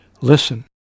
Listen